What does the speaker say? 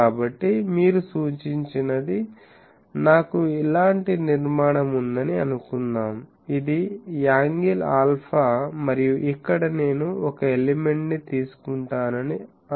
కాబట్టి మీరు సూచించినది నాకు ఇలాంటి నిర్మాణం ఉందని అనుకుందాం ఇది యాంగిల్ ఆల్ఫా మరియు ఇక్కడ నేను ఒక ఎలిమెంట్ ని తీసుకుంటానని అనుకుందాం